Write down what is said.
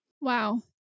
Wow